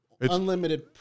unlimited